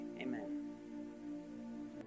amen